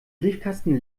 briefkasten